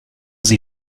sie